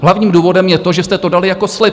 Hlavním důvodem je to, že jste to dali jako slib.